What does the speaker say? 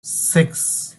six